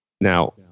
now